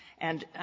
and,